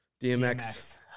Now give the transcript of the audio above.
DMX